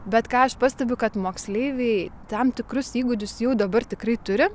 bet ką aš pastebiu kad moksleiviai tam tikrus įgūdžius jau dabar tikrai turi